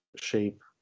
shape